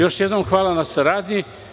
Još jednom, hvala vam na saradnji.